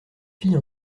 filles